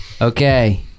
Okay